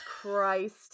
Christ